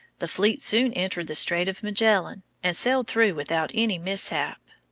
the fleet soon entered the strait of magellan, and sailed through without any mishap.